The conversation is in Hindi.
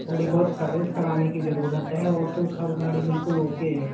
थोड़ी बहुत सर्विस कराने की जरूरत है और तो सब गाड़ी बिल्कुल ओके है